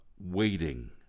waiting